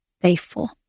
faithful